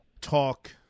talk